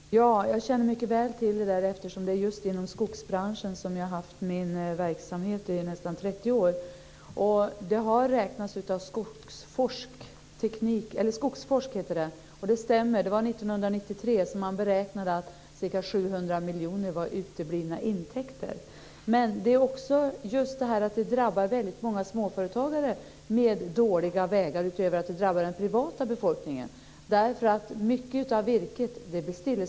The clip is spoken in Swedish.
Fru talman! Jag känner mycket väl till detta eftersom det är just inom skogsbranschen som jag har haft min verksamhet i nästan 30 år. Det har räknats på detta av Skogsforsk. Det stämmer. Det var 1993 som man beräknade att ca 700 miljoner var uteblivna intäkter. Många småföretagare drabbas av detta med dåliga vägar. Dessutom drabbar det den privata befolkningen. Det blir stillestånd när virket inte kommer fram.